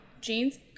Jeans